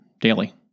daily